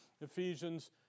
Ephesians